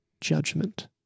judgment